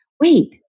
wait